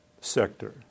sector